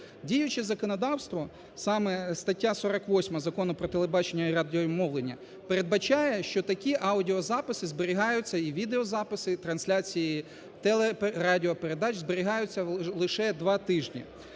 Діюче законодавство, саме стаття 48 Закону про телебачення і радіомовлення, передбачає, що такі аудіозаписи зберігаються і відеозаписи трансляцій телерадіопередач зберігаються лише два тижні.